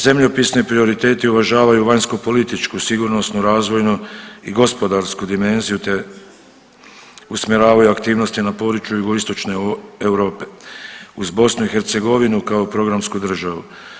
Zemljopisni prioriteti uvažavaju vanjskopolitičku sigurnosnu, razvojnu i gospodarsku dimenziju te usmjeravaju aktivnosti na području jugoistočne Europe uz BiH kao programsku državu.